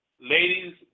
Ladies